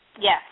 Yes